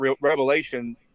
revelation